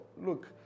Look